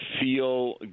feel